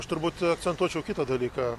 aš turbūt akcentuočiau kitą dalyką